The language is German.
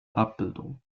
abbildung